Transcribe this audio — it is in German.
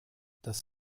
das